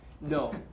No